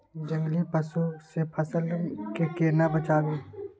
जंगली पसु से फसल के केना बचावी?